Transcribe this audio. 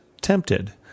tempted